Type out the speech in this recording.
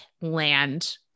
land